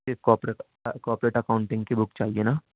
صرف corporate corporate accounting کی book چاہیے نا